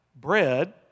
Bread